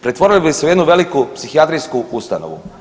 Pretvorili bi se u jednu veliku psihijatrijsku ustanovu.